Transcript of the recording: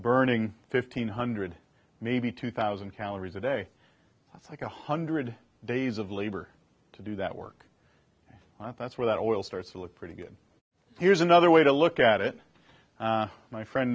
burning fifteen hundred maybe two thousand calories a day that's like a hundred days of labor to do that work that's where that oil starts to look pretty good here's another way to look at it my friend